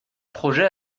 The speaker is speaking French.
project